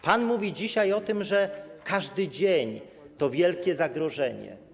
Pan mówi dzisiaj o tym, że każdy dzień to wielkie zagrożenie.